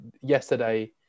yesterday